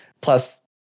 Plus